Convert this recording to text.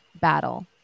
battle